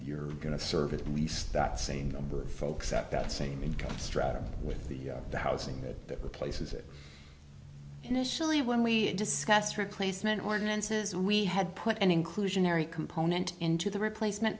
you're going to serve at least that same number of folks at that same income strata with the housing that that replaces it initially when we discussed replacement ordinances we had put an inclusionary component into the replacement